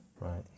Right